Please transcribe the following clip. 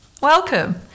Welcome